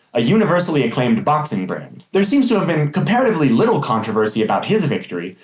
a universally acclaimed boxing brand. there seems to have been comparatively little controversy about his victory,